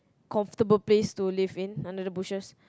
comfortable place to live in under the bushes